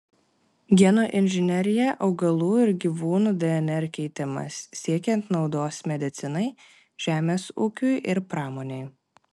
genų inžinerija augalų ir gyvūnų dnr keitimas siekiant naudos medicinai žemės ūkiui ir pramonei